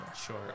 Sure